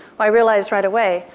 i realized right away,